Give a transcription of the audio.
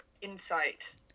insight